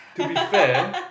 to be fair